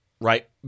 Right